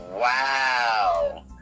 Wow